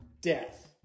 death